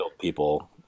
people